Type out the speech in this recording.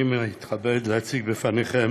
אני מתכבד להציג בפניכם